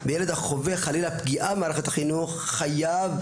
וילד החווה חלילה פגיעה במערכת החינוך חייב,